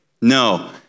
No